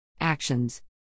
Actions